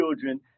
children